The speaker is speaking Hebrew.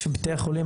כשבתי החולים